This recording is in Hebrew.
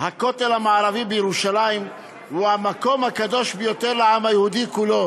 "הכותל המערבי בירושלים הוא המקום הקדוש ביותר לעם היהודי כולו"